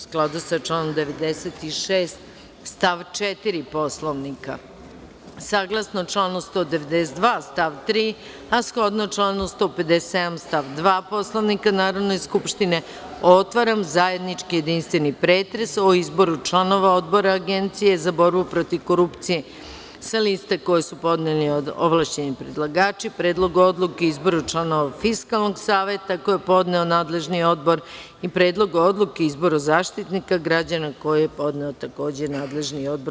Saglasno članu 192. stav 3, a shodno članu 157. stav 2. Poslovnika Narodne skupštine, otvaram zajednički jedinstveni pretres o Izboru članova Odbora Agencije za borbu protiv korupcije, sa lista koje su podneli ovlašćeni predlagači, Predlogu odluke o izboru članova Fiskalnog saveta, koji je podneo nadležni odbor i Predlogu odluke o izboru Zaštitnika građana koji je podneo nadležni odbor.